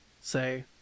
say